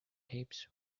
tapes